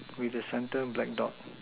with the center black dot